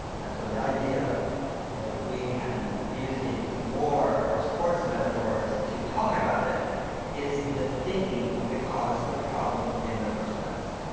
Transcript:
and so, the idea that we can use these war or sports metaphors to talk about it is the thinking that caused the problem in the first place,